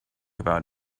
about